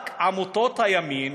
רק עמותות הימין,